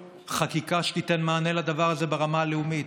חקיקה שתיתן מענה לדבר הזה ברמה הלאומית,